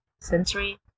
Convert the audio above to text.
sensory